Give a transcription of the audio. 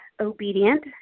obedient